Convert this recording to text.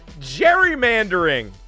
gerrymandering